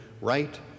right